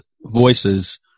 voices